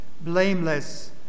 blameless